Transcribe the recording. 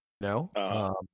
No